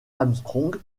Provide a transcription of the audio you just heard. armstrong